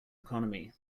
economy